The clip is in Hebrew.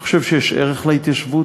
אני חושב שיש ערך להתיישבות.